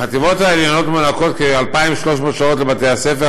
בחטיבות העליונות מוענקות כ-2,300 שעות לבתי הספר,